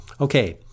Okay